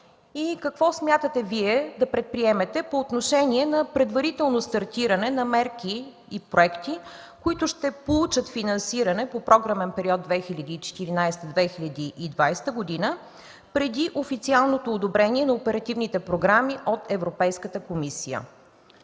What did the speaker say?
какво смятате да предприемете по отношение на предварителното стартиране на мерки и проекти, които ще получат финансиране по програмния период 2014-2020 г., преди официалното одобрение на оперативните програми от Европейската комисия?